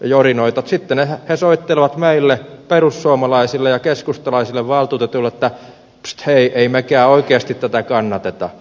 sitten he soittelevat meille perussuomalaisille ja keskustalaisille valtuutetuille että psst hei ei mekään oikeasti tätä kannateta